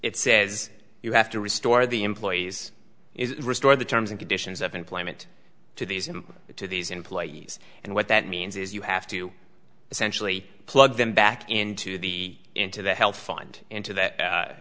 it says you have to restore the employees is restore the terms and conditions of employment to these them to these employees and what that means is you have to essentially plug them back into the into the health fund into that